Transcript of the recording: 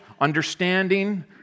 understanding